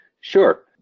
Sure